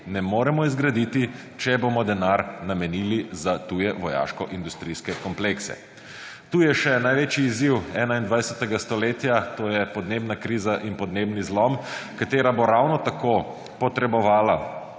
ne moremo zgraditi, če bomo denar namenili za tuje vojaškoindustrijske komplekse. Tu je še največji izziv 21. stoletja, to je podnebna kriza in podnebni zlom, katera bo ravno tako potrebovala